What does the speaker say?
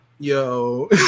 Yo